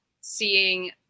seeing